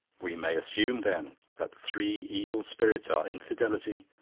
we may assume, then, that the three evil spirits are infidelity,